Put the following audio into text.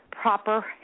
proper